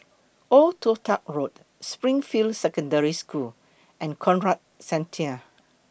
Old Toh Tuck Road Springfield Secondary School and Conrad Centennial